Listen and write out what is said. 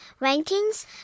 rankings